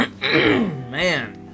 man